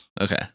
Okay